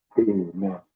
Amen